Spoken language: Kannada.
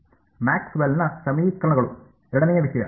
ಮ್ಯಾಕ್ಸ್ವೆಲ್ನ Maxwell's ಸಮೀಕರಣಗಳು ಎರಡನೆಯ ವಿಷಯ